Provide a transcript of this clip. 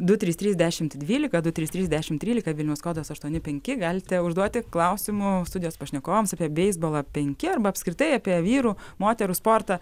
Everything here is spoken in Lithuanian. du trys trys dešimt dvylika du trys trys dešim trylika vilniaus kodas aštuoni penki galite užduoti klausimų studijos pašnekovams apie beisbolą penki arba apskritai apie vyrų moterų sportą